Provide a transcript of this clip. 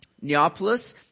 Neapolis